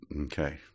Okay